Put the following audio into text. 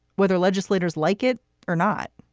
whether legislators like it or not.